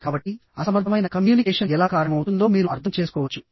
కాబట్టి అసమర్థమైన కమ్యూనికేషన్ ఎలా కారణమవుతుందో మీరు అర్థం చేసుకోవచ్చు